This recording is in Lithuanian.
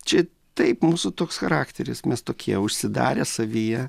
čia taip mūsų toks charakteris mes tokie užsidarę savyje